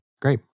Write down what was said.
Great